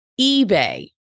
eBay